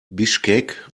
bischkek